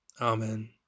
Amen